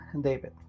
David